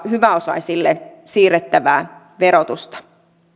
hyväosaisille siirrettävää sulle mulle verotusta